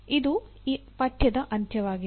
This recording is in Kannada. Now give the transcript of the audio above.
ಇದು ಈ ಪಠ್ಯದ ಅಂತ್ಯವಾಗಿದೆ